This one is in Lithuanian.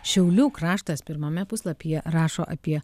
šiaulių kraštas pirmame puslapyje rašo apie